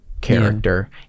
character